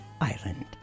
Island